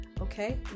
okay